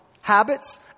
habits